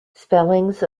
spellings